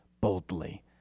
boldly